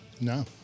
No